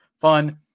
fun